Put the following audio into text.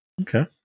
Okay